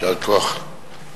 יישר כוח.